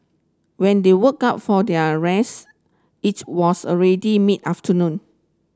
when they woke up for their rest it was already mid afternoon